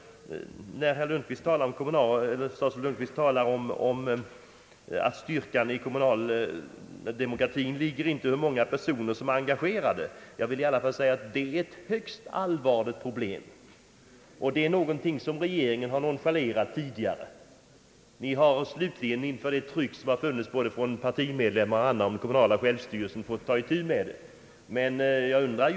Statsrådet Lundkvist sade att den kommunala demokratins styrka inte ligger i hur många personer som är engagerade. Jag vill säga att detta är ett högst alivarligt problem som regeringen tidigare har nonchalerat. Inför det tryck som funnits från både partimedlemmar och andra har regeringen emellertid slutligen måst ta upp det till behandling.